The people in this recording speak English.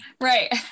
Right